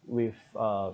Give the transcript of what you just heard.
with a